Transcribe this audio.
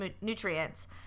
nutrients